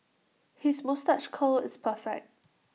his moustache curl is perfect